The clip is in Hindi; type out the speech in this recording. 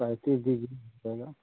पैतीस दीजिए जाएगा